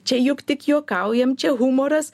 čia juk tik juokaujam čia humoras